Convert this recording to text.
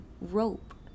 rope